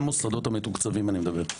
אני מדבר על המוסדות המתוקצבים.